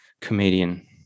comedian